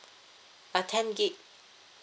a ten gig